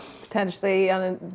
Potentially